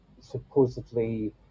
supposedly